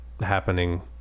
happening